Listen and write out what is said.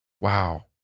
Wow